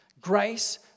Grace